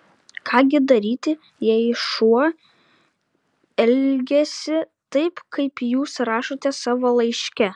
ką gi daryti jei šuo elgiasi taip kaip jūs rašote savo laiške